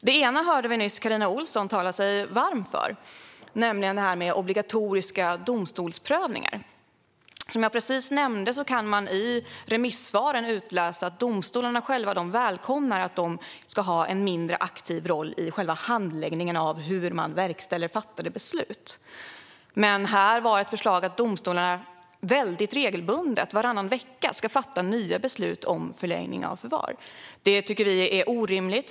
Det ena hörde vi nyss Carina Ohlsson tala sig varm för, nämligen detta med obligatoriska domstolsprövningar. Som jag precis nämnde kan man i remissvaren utläsa att domstolarna själva välkomnar att de ska ha en mindre aktiv roll i själva handläggningen av hur man verkställer fattade beslut. Men här var ett förslag att domstolarna väldigt regelbundet, varannan vecka, ska fatta nya beslut om förlängning av förvar. Det tycker vi är orimligt.